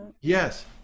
Yes